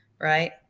right